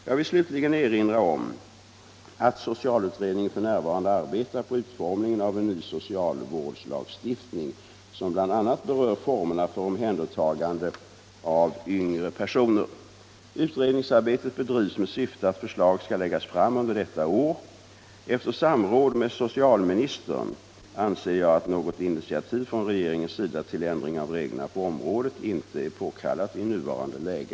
Jag vill slutligen erinra om att socialutredningen f.n. arbetar på utformningen av en ny socialvårdslagstiftning, som bl.a. berör formerna för omhändertagande av yngre personer. Utredningsarbetet bedrivs med syfte att förslag skall läggas fram under detta år. Efter samråd med socialministern anser jag att något initiativ från regeringens sida till ändring av reglerna på området inte är påkallat i nuvarande läge.